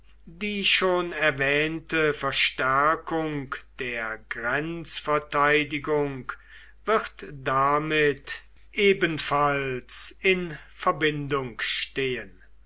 die schon erwähnte verstärkung der grenzverteidigung wird damit ebenfalls in verbindung stehen